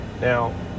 Now